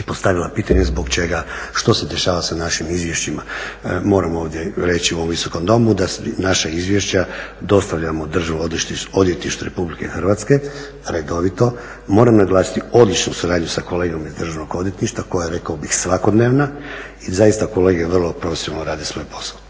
je postavila pitanje zbog čega, što se dešava sa našim izvješćima? Moram ovdje reći u ovom visokom domu da naša izvješća dostavljamo Državnom odvjetništvu Republike Hrvatske redovito. Moram naglasiti odličnu suradnju sa kolegama iz Državnog odvjetništva, koja rekao bih svakodnevna i zaista kolege vrlo profesionalno rade svoj posao,